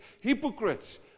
hypocrites